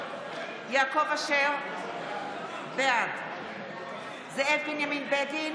יעקב אשר, בעד זאב בנימין בגין,